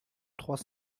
trois